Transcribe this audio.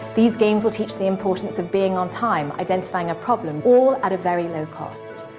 these games will teach the importance of being on time, identifying a problem, all at a very low cost.